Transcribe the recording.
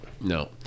No